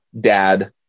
dad